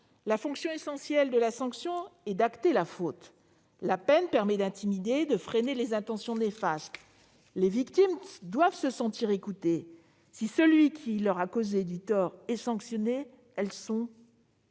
La fonction essentielle de la sanction est d'acter la faute commise. La peine, quant à elle, permet d'intimider et de freiner les intentions néfastes. Les victimes doivent se sentir écoutées et, si celui qui leur a causé du tort est sanctionné, elles sont satisfaites.